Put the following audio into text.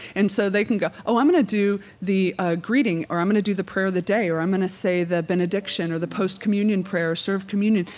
and so they can go, oh, i'm going to do the ah greeting or i'm going to do the prayer of the day or i'm going to say the benediction or the post-communion prayer or serve communion.